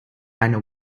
eine